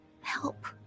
help